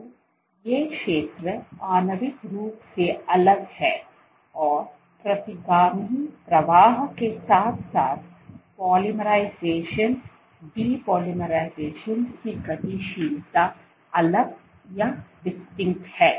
तो ये क्षेत्र आणविक रूप से अलग हैं और प्रतिगामी प्रवाह के साथ साथ पोलीमराइजेशन डेपोलाइराइजेशन की गतिशीलता अलग है